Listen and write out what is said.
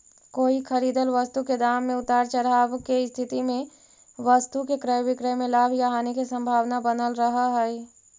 कोई खरीदल वस्तु के दाम में उतार चढ़ाव के स्थिति में वस्तु के क्रय विक्रय में लाभ या हानि के संभावना बनल रहऽ हई